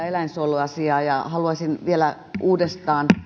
eläinsuojeluasiaa haluaisin vielä uudestaan